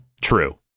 True